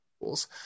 rules